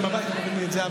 גם בבית אומרים לי את זה.